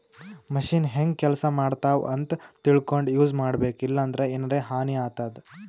machine ಹೆಂಗ್ ಕೆಲಸ ಮಾಡ್ತಾವ್ ಅಂತ್ ತಿಳ್ಕೊಂಡ್ ಯೂಸ್ ಮಾಡ್ಬೇಕ್ ಇಲ್ಲಂದ್ರ ಎನರೆ ಹಾನಿ ಆತದ್